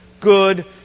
good